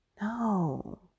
No